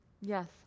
Yes